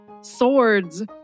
Swords